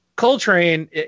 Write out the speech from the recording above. Coltrane